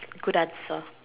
good answer